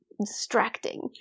distracting